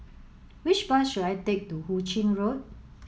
which bus should I take to Hu Ching Road